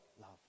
Love